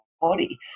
body